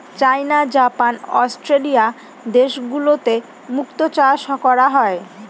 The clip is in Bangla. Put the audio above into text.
চাইনা, জাপান, অস্ট্রেলিয়া দেশগুলোতে মুক্তো চাষ করা হয়